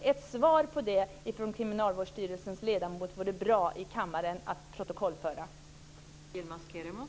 Det vore bra att få protokollfört ett svar på det i kammaren från Kriminalvårdsstyrelsens ledamot.